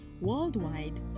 worldwide